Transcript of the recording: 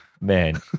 Man